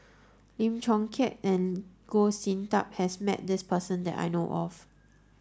Lim Chong Keat and Goh Sin Tub has met this person that I know of